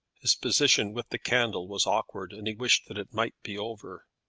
his position with the candle was awkward, and he wished that it might be over.